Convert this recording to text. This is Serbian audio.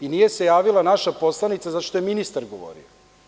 I nije se javila naša poslanica zato što je ministar govorio.